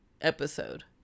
episode